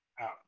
out